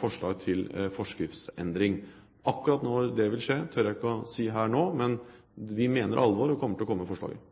forslag til forskriftsendring. Akkurat når det vil skje, tør jeg ikke å si her nå, men vi mener alvor og kommer til å komme med forslaget.